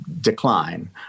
decline